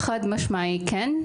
חד-משמעית כן,